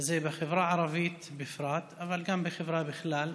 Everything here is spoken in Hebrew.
הזה בחברה הערבית בפרט, אבל גם בחברה בכלל.